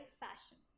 fashion